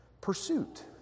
pursuit